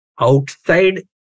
outside